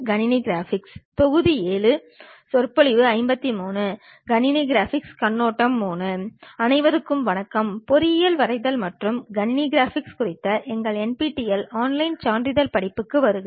கணினி கிராபிக்ஸ் கண்ணோட்டம் III அனைவருக்கும் வணக்கம் பொறியியல் வரைதல் மற்றும் கணினி கிராபிக்ஸ் குறித்த எங்கள் NPTEL ஆன்லைன் சான்றிதழ் படிப்புகளுக்கு வருக